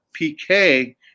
PK